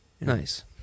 Nice